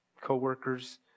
co-workers